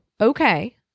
okay